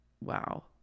Wow